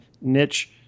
niche